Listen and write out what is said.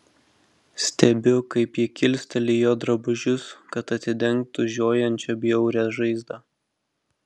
stebiu kaip ji kilsteli jo drabužius kad atidengtų žiojančią bjaurią žaizdą